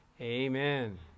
amen